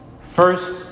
first